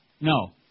No